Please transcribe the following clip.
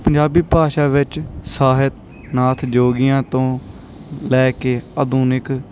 ਪੰਜਾਬੀ ਭਾਸ਼ਾ ਵਿੱਚ ਸਾਹਿਤ ਨਾਥ ਜੋਗੀਆਂ ਤੋਂ ਲੈ ਕੇ ਆਧੁਨਿਕ